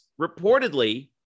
reportedly